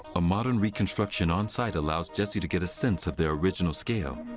a modern reconstruction on site allows jesse to get a sense of their original scale.